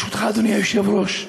ברשותך, אדוני היושב-ראש,